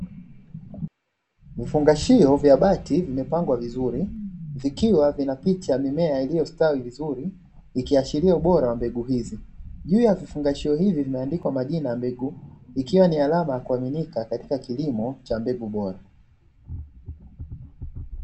Vifungashio vya bati ni vimepangwa vizuri. Vikiwa vina picha mimea iliyostawi vizuri ikiaashiria ubora wa mbegu hizi. Juu ya vifungashio hivi vimeandikwa majina ya mbegu ikiwa ni alama ya kuaminika katika kilimo cha mbegu bora."